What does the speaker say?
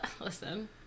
listen